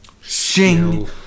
Shing